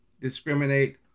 discriminate